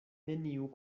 neniu